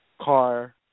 car